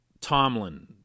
Tomlin